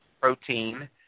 protein